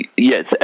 Yes